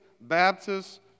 baptists